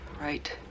right